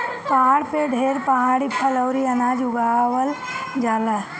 पहाड़ पे ढेर पहाड़ी फल अउरी अनाज उगावल जाला